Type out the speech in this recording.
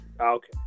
Okay